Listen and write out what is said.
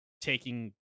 taking